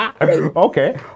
Okay